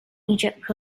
egypt